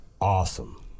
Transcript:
awesome